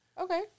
Okay